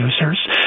users